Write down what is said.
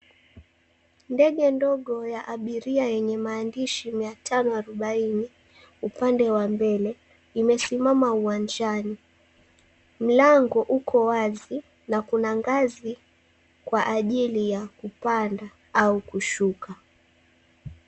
Ndege ndogo ya abiria yenye maandishi 540 upande wa mbele imesimama uwanjani. Mlango uko wazi na kuna ngazi kwa ajili ya kupanda au kushuka.